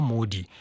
Modi